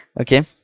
Okay